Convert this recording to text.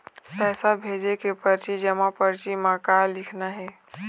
पैसा भेजे के परची जमा परची म का लिखना हे?